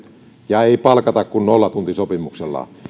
mutta ei palkata kuin nollatuntisopimuksella